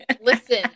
Listen